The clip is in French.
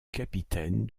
capitaine